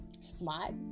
smart